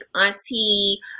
auntie